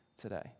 today